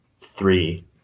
three